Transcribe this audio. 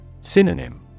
Synonym